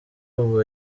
ubu